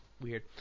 weird